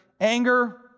Anger